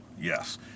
yes